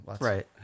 Right